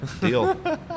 deal